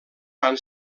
van